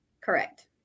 Correct